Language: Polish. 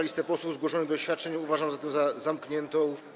Listę posłów zgłoszonych do oświadczeń uważam zatem za zamkniętą.